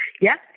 Yes